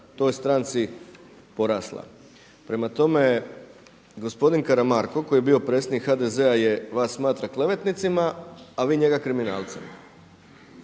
toj stranci porasla“. Prema tome, gospodin Karamarko koji je bio predsjednik HDZ-a vas smatra klevetnicima, a vi njega kriminalcem.